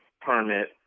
permit